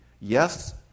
Yes